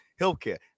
healthcare